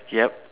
yup